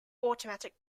automatic